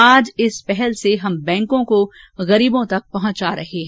आज इस पहल से हम बैंकको गरीबों तक पहंचा रहे हैं